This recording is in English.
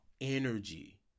energy